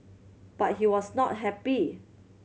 but he was not happy